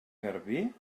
garbí